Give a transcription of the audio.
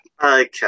Okay